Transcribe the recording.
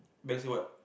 bank say what